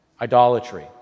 idolatry